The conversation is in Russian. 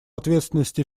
ответственности